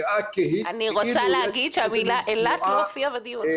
אני רוצה להגיד שהמילה אילת לא הופיעה בדיון.